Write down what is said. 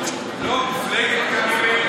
תודה רבה.